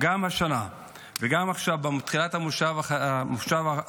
גם השנה וגם עכשיו בתחילת המושב השלישי,